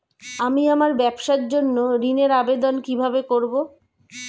আমি আমার ব্যবসার জন্য ঋণ এর আবেদন কিভাবে করব?